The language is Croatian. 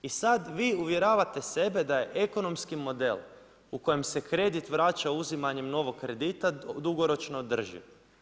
I sad vi uvjeravate sebe da je ekonomski model u kojem se kredit vraća uzimanjem novog kredita dugoročno održiv.